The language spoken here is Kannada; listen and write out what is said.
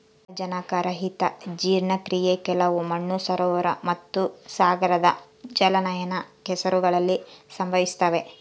ಆಮ್ಲಜನಕರಹಿತ ಜೀರ್ಣಕ್ರಿಯೆ ಕೆಲವು ಮಣ್ಣು ಸರೋವರ ಮತ್ತುಸಾಗರದ ಜಲಾನಯನ ಕೆಸರುಗಳಲ್ಲಿ ಸಂಭವಿಸ್ತತೆ